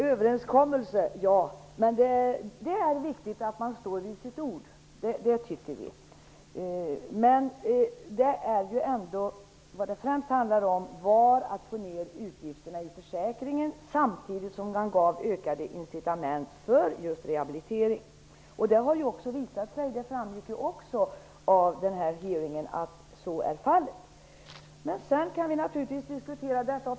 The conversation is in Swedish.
Herr talman! Vi tycker att det är viktigt att man står vid sitt ord och håller överenskommelser. Men vad det främst handlade om var att få ner utgifterna i försäkringen, samtidigt som man gav ökade incitament för just rehabilitering. Det har visat sig att så är fallet. Det framgick också av hearingen. Men man kan naturligtvis diskutera det.